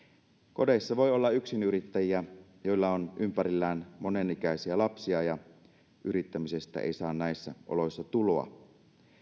kodeissa voi olla yksinyrittäjiä joilla on ympärillään monenikäisiä lapsia ja yrittämisestä ei saa näissä oloissa tuloa